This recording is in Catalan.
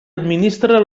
administra